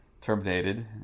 terminated